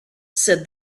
said